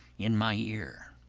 in my ear.